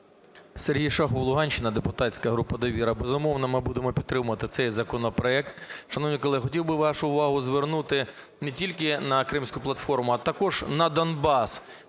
Сергій Шахов, Луганщина, депутатська група "Довіра". Безумовно, ми будемо підтримувати цей законопроект. Шановні колеги, хотів би вашу увагу звернути не тільки на Кримську платформу, а також на Донбас,